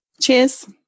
Cheers